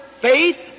faith